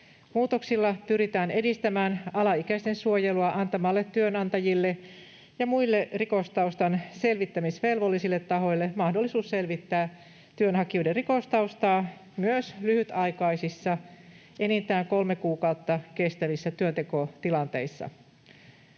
Muutoksilla pyritään edistämään alaikäisten suojelua antamalla työnantajille ja muille rikostaustan selvittämisvelvollisille tahoille mahdollisuus selvittää työnhakijoiden rikostaustaa myös lyhytaikaisissa, enintään kolme kuukautta kestävissä työntekotilanteissa.